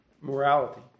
morality